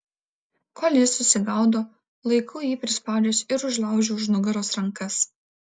kol jis susigaudo laikau jį prispaudęs ir užlaužiu už nugaros rankas